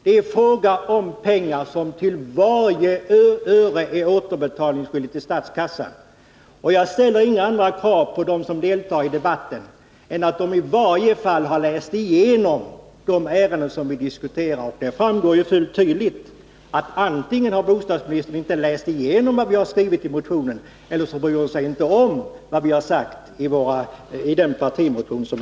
Det är fråga om pengar som till varje öre skall återbetalas till statskassan. Jagställer inga andra krav på dem som deltar i debatten än att de i varje fall skall ha läst igenom de ärenden som vi diskuterar. Det framgår helt tydligt att antingen har bostadsministern inte läst igenom vad vi skrivit i vår partimotion eller också bryr hon sig inte om vad vi sagt i den.